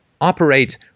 operate